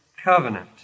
covenant